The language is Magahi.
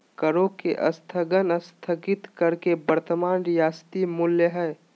करों के स्थगन स्थगित कर के वर्तमान रियायती मूल्य हइ